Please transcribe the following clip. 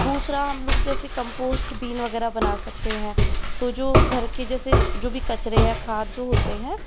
दूसरा हम लोग जैसे कम्पोस्ट बीन वगैरह बना सकते हैं तो जो घर के जैसे जो भी कचरे या खाद जो होते हैं